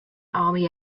army